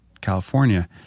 California